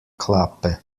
klappe